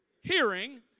hearing